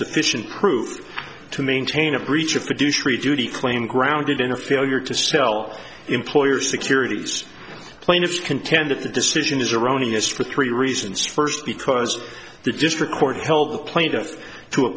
sufficient proof to maintain a breach of duty claim grounded in a failure to sell employer securities plaintiffs contend that the decision is erroneous with three reasons first because the district court held the plaintiff to a